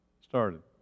started